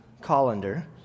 colander